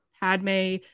Padme